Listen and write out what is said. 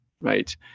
right